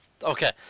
Okay